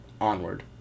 Onward